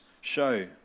show